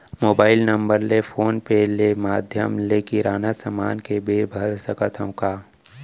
Mobile number ले PhonePe ले माधयम ले किराना समान के बिल भर सकथव का?